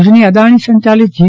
ભુજ અદાણી સંચાલિત જી